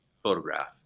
photograph